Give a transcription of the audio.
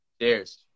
Cheers